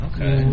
Okay